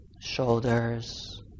shoulders